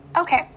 Okay